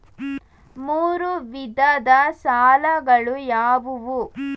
ಮೂರು ವಿಧದ ಸಾಲಗಳು ಯಾವುವು?